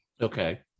Okay